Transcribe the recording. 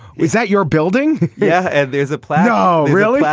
was that your building yeah. and there's a plan. oh really.